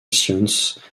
sciences